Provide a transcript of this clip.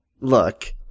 look